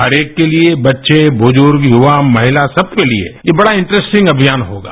हर एक के लिए बच्चे बुजुर्ग युवा महिता सब के लिए ये बड़ा इन्ट्रसटिंग अभियान होगा